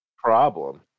problem